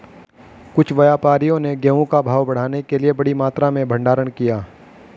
कुछ व्यापारियों ने गेहूं का भाव बढ़ाने के लिए बड़ी मात्रा में भंडारण किया